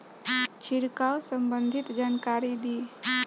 छिड़काव संबंधित जानकारी दी?